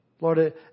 Lord